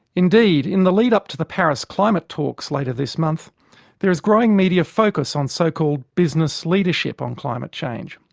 indeed, in the lead-up to the paris climate talks later this month there is growing media focus on so-called business leadership on climate change.